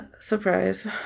Surprise